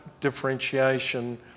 differentiation